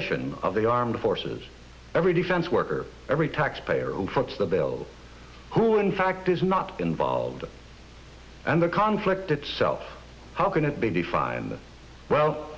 mission of the armed forces every defense worker every taxpayer over the bailed who in fact is not involved and the conflict itself how can it be defined well